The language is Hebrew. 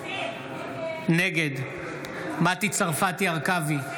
נגד מטי צרפתי הרכבי,